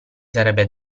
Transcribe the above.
sarebbe